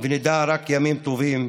ונדע רק ימים טובים.